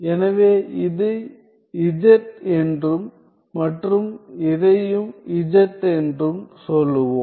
எனவே இது z என்றும் மற்றும் இதையும் z என்றும் சொல்லுவோம்